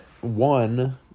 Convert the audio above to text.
one